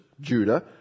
Judah